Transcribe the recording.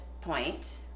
point